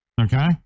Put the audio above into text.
Okay